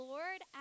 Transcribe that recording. Lord